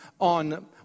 on